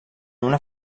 una